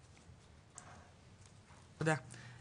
תודה.